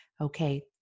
Okay